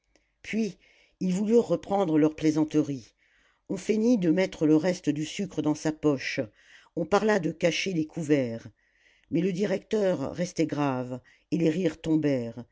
puis ils voulurent reprendre leurs plaisanteries on feignit de mettre le reste du sucre dans sa poche on parla de cacher les couverts mais le directeur restait grave et les rires